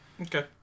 Okay